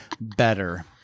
better